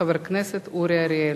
חבר הכנסת אורי אריאל.